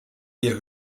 wir